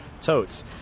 totes